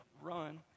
run